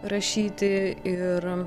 rašyti ir